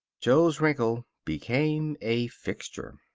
jo's wrinkle became a fixture.